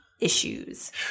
issues